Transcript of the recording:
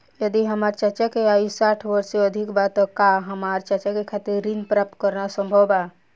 यदि हमार चाचा के आयु साठ वर्ष से अधिक बा त का हमार चाचा के खातिर ऋण प्राप्त करना संभव बा?